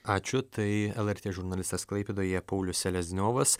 ačiū tai lrt žurnalistas klaipėdoje paulius selezniovas